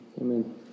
Amen